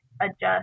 adjust